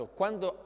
quando